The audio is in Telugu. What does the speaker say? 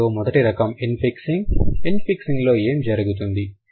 ఇందులో మొదటి రకం ఇన్ ఫిక్సింగ్ ఇన్ ఫిక్సింగ్ లో ఏం జరుగుతుంది